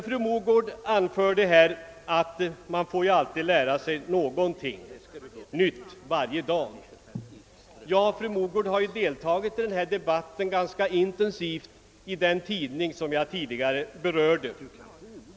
Fru Mogård sade att man får lära sig någonting nytt varje dag. Fru Mogård har ju ganska intensivt deltagit i denna debatt i den tidning jag tidigare nämnde.